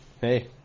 Hey